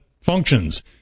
functions